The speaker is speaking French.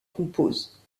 compose